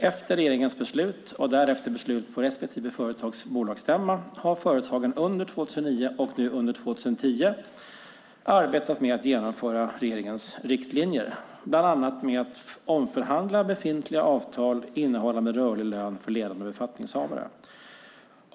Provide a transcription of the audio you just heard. Efter regeringens beslut och därefter beslut på respektive företags bolagsstämma har företagen under 2009 och nu under 2010 arbetat med att genomföra regeringens riktlinjer, bland annat med att omförhandla befintliga avtal innehållande rörlig lön för ledande befattningshavare.